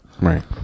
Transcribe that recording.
Right